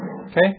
Okay